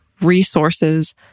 resources